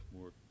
more